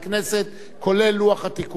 אנחנו עוברים להצבעה בקריאה שנייה.